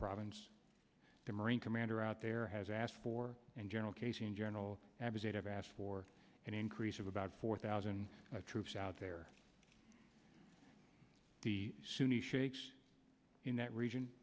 province the marine commander out there has asked for and general casey and general abizaid have asked for an increase of about four thousand troops out there the sunni sheiks in that region